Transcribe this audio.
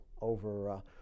over